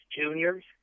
juniors